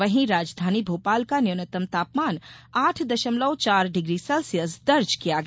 वहीं राजधानी भोपाल का न्यूनतम तापमान आठ दशमलव चार डिग्री सेल्सियस दर्ज किया गया